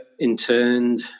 interned